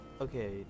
okay